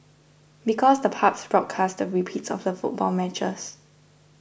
because the pubs broadcast the repeats of the football matches